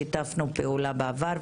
שיתפנו פעולה בעבר.